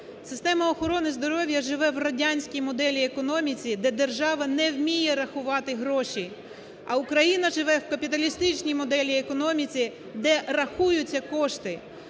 Система охорони здоров'я живе в радянській моделі і економіці, де держава не вміє рахувати гроші, а Україна живе в капіталістичній моделі і економіці, де рахуються кошти.